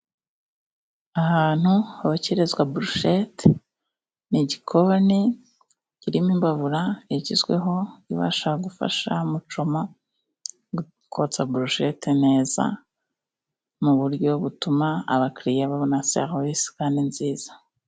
Ahantu hokerezwa burushete, ni igikoni kirimo imbabura igezweho, ibasha gufasha mucoma kotsa burushete neza, mu buryo butuma abakiriya babona serivise kandi nziza.